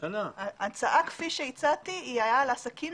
ההצעה שהצעתי הייתה לגבי העסקים